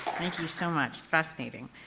thank you so much. fascinating.